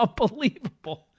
Unbelievable